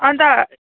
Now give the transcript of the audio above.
अन्त